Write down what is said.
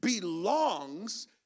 belongs